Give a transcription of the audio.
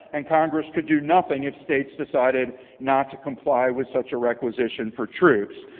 and congress could do nothing if states decided not to comply with such a requisition for troops.